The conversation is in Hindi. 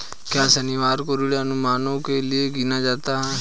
क्या शनिवार को ऋण अनुमानों के लिए गिना जाता है?